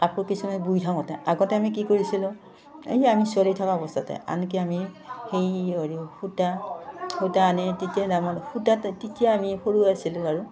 কাপোৰ কিছুমান বুই থাকোঁতে আগতে আমি কি কৰিছিলো এই আমি ছোৱালী থকা অৱস্থাতে আনকি আমি সেই হৰি সূতা সূতা আনে তেতিয়া দামত সূতা তেতিয়া আমি সৰু আাছিলো আৰু